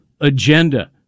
agenda